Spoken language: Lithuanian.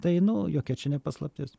tai nu jokia čia ne paslaptis